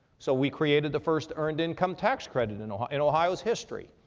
so we created the first earned income tax credit in ohio, in ohio's history.